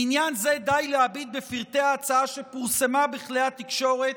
בעניין זה די להביט בפרטי ההצעה שפורסמה בכלי התקשורת